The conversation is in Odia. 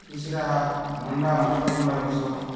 କିଛିଟା ଭଣ୍ଡା ଅମୃତଭଣ୍ଡା ଗଛ